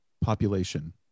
population